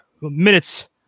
Minutes